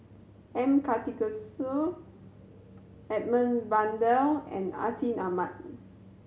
M Karthigesu Edmund Blundell and Atin Amat